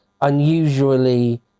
unusually